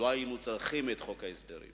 בתואנה שהמשק צריך את חוק ההסדרים,